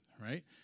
right